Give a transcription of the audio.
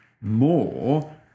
more